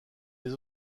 les